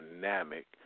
dynamic